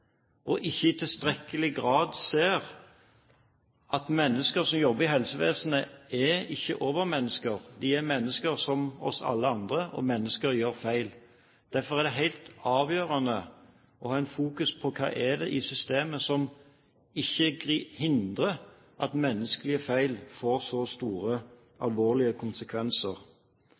ser ikke i tilstrekkelig grad at mennesker som jobber i helsevesenet, ikke er overmennesker. De er mennesker som alle oss andre, og mennesker gjør feil. Derfor er det helt avgjørende å ha fokus på hva det er i systemet som ikke hindrer at menneskelige feil får så store, alvorlige konsekvenser.